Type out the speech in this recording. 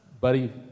buddy